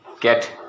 get